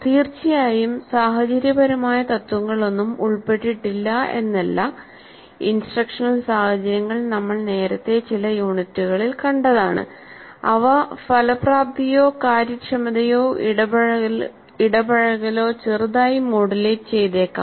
തീർച്ചയായും സാഹചര്യപരമായ തത്വങ്ങളൊന്നും ഉൾപ്പെട്ടിട്ടില്ല എന്നല്ല ഇൻസ്ട്രക്ഷണൽ സാഹചര്യങ്ങൾ നമ്മൾ നേരത്തെ ചില യൂണിറ്റുകളിൽ കണ്ടതാണ്അവ ഫലപ്രാപ്തിയോ കാര്യക്ഷമതയോ ഇടപഴകലോ ചെറുതായി മോഡുലേറ്റ് ചെയ്തേക്കാം